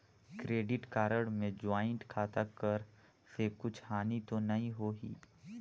Credit card मे joint खाता कर से कुछ हानि तो नइ होही?